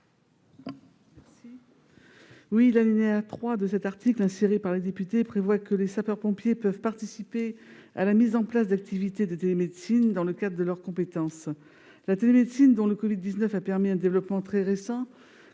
Guidez. L'alinéa 3 de cet article, inséré par les députés, prévoit que les sapeurs-pompiers peuvent participer à la mise en place d'activités de télémédecine dans le cadre de leurs compétences. La télémédecine, dont le covid-19 a permis un développement très récent,